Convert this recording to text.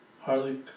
Harley